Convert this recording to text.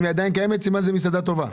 אם היא עדיין קיימת, היא מסעדה טובה.